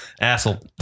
asshole